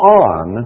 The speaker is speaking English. on